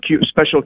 special